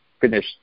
finish